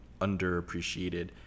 underappreciated